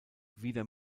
wieder